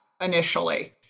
initially